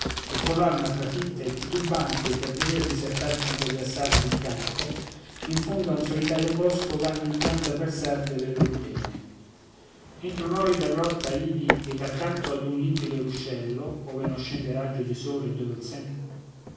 e coll'alma trafitta e titubante per dover disertar contro gli assalti il campo in fondo a un solitario bosco vanno il pianto a versar delle lor pene entro un'orrida grotta ivi ed accanto a un limpido ruscello ove non scende raggio di sole e dove il